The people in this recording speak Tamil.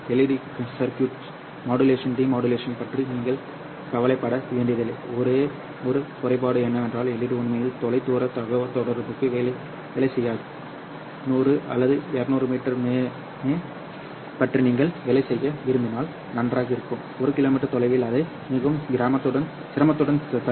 LED சர்க்யூட்டில் மாடுலேஷன் டி மாடுலேஷன் பற்றி நீங்கள் கவலைப்பட வேண்டியதில்லை ஒரே ஒரு குறைபாடு என்னவென்றால் LED உண்மையில் தொலைதூர தகவல்தொடர்புக்கு வேலை செய்யாது 100 200 மீட்டர் மே பற்றி நீங்கள் வேலை செய்ய விரும்பினால் நன்றாக இருக்கும் 1 கிலோமீட்டர் தொலைவில் அதை மிகவும் சிரமத்துடன் தள்ளுங்கள்